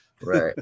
Right